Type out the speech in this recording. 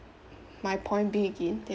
my point being again that